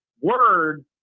words